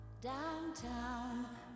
Downtown